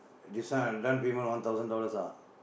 this one the down payment one thousand dollars ah